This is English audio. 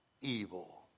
evil